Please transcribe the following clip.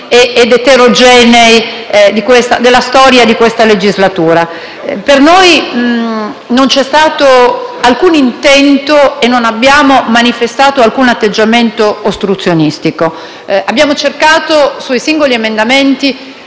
ed eterogenei della storia di questa legislatura. Per noi non c'è stato alcun intento e non abbiamo manifestato alcun atteggiamento ostruzionistico. Con i nostri emendamenti